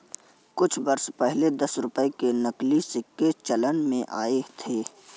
कुछ वर्ष पहले दस रुपये के नकली सिक्के चलन में आये थे